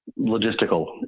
logistical